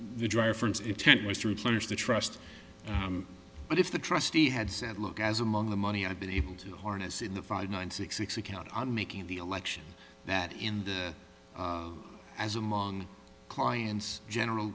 the driver friends intent was to replenish the trust but if the trustee had said look as among the money i've been able to harness in the five nine six six account of making the election that in the as among clients general